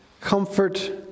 Comfort